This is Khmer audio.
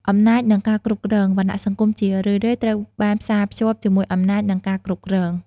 អំណាច និងការគ្រប់គ្រង វណ្ណៈសង្គមជារឿយៗត្រូវបានផ្សារភ្ជាប់ជាមួយអំណាច និងការគ្រប់គ្រង។